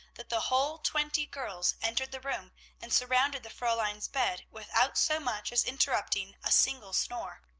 that the whole twenty girls entered the room and surrounded the fraulein's bed without so much as interrupting a single snore.